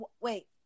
Wait